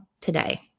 today